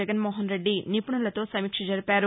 జగన్మోహన్రెడ్డి నిపుణులతో సమీక్ష జరిపారు